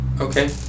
Okay